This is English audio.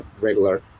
regular